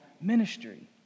ministry